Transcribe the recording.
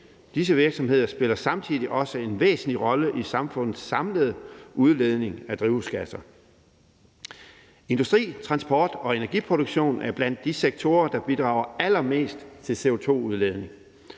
disse virksomheder spiller samtidig også en væsentlig rolle i samfundets samlede udledning af drivhusgasser. Industri, transport og energiproduktion er blandt de sektorer, der bidrager allermest til CO2-udledning,